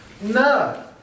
No